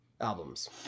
albums